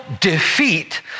defeat